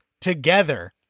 together